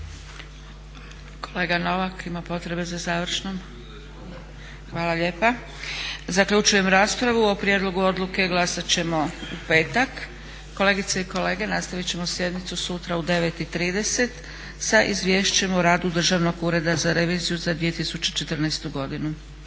Kolega Novak ima potrebe za završnom? …/Upadica se ne čuje./… Hvala lijepa. Zaključujem raspravu. O prijedlogu odluke glasat ćemo u petak. Kolegice i kolege nastavit ćemo sjednicu sutra u 9,30 sati sa Izvješćem o radu Državnog ureda za reviziju za 2014. godinu.